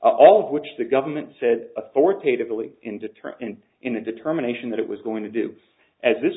all of which the government said authoritatively indeterminant in the determination that it was going to do as this